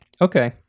Okay